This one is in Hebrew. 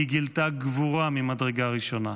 היא גילתה גבורה ממדרגה ראשונה.